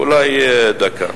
אולי דקה: